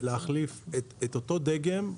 להחליף את אותו דגם,